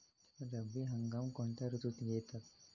रब्बी हंगाम कोणत्या ऋतूत येतात?